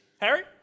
Harry